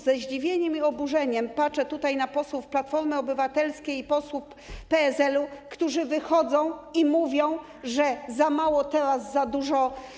Ze zdziwieniem i oburzeniem patrzę na posłów Platformy Obywatelskiej i posłów PSL-u, którzy wychodzą i mówią, że za mało, teraz za dużo.